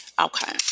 Okay